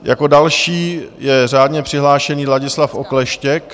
Jako další je řádně přihlášený Ladislav Okleštěk.